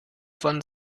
von